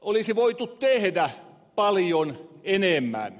olisi voitu tehdä paljon enemmän